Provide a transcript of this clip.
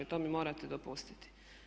To mi morate dopustiti.